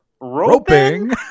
roping